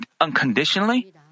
unconditionally